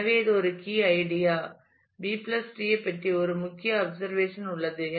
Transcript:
எனவே இது ஒரு key idea B tree B treeஐ பற்றி ஒரு முக்கிய அப்சர்வேஷன் உள்ளது